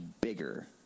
bigger